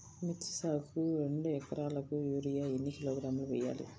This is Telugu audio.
మిర్చి సాగుకు రెండు ఏకరాలకు యూరియా ఏన్ని కిలోగ్రాములు వేయాలి?